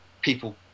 people